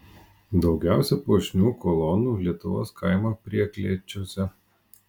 daugiausia puošnių kolonų lietuvos kaimo prieklėčiuose